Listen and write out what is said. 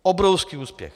Obrovský úspěch.